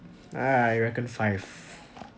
I I reckon five